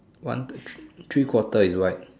one two three three quarter is white